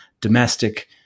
domestic